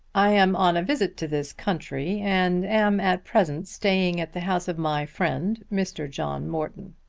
i am on a visit to this country and am at present staying at the house of my friend, mr. john morton.